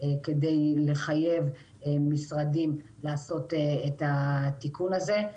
כדי לחייב משרדים לעשות את התיקון הזה.